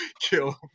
kill